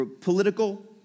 political